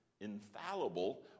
infallible